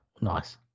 Nice